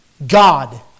God